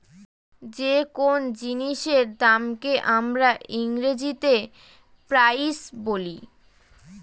যে কোন জিনিসের দামকে আমরা ইংরেজিতে প্রাইস বলি